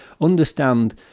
understand